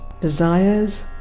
desires